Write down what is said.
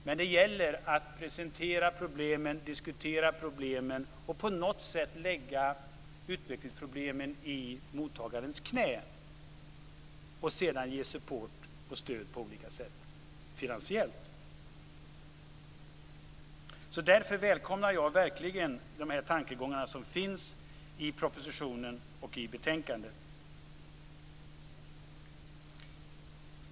Men det gäller att presentera och diskutera utvecklingsproblemen och på något sätt lägga dem i mottagarens knä. Sedan kan man ge support och stöd på olika sätt finansiellt. Därför välkomnar jag verkligen de tankegångar som finns i propositionen och i betänkandet.